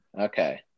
Okay